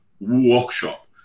Workshop